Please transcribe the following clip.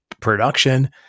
production